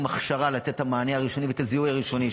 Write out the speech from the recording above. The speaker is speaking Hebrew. הכשרה לתת את המענה הראשוני ואת הזיהוי הראשוני,